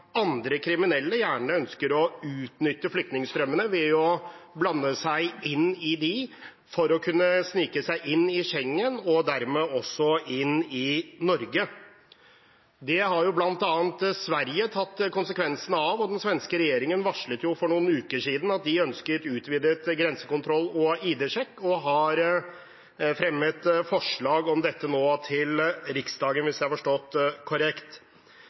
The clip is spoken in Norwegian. andre kriminelle gjerne ønsker å utnytte flyktningstrømmene ved å blande seg inn i dem for å kunne snike seg inn i Schengen-området og dermed også inn i Norge. Det har bl.a. Sverige tatt konsekvensen av. Den svenske regjeringen varslet for noen uker siden at de ønsket utvidet grensekontroll og ID-sjekk, og har fremmet forslag om dette til Riksdagen nå, hvis jeg har forstått korrekt.